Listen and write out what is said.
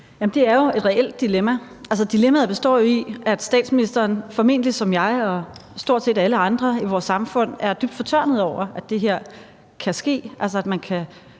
det er jo et reelt dilemma. Altså, dilemmaet består jo i, at statsministeren formentlig ligesom jeg og stort set alle andre i vores samfund er dybt fortørnede over, at det her kan ske,